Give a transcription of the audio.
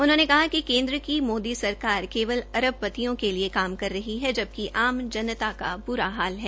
उन्होंने कहा कि केन्द्र की मोदी सरकार अरबपतियों के लिए काम कर रही है जबकि अब जनता का ब्रा हाल है